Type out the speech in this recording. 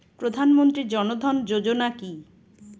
প্রধানমন্ত্রী জনধন যোজনা কি?